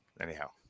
anyhow